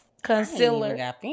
concealer